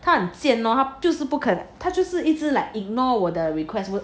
他很贱咯他就是不肯他就是一直 like ignore 我的 request wo~